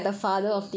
okay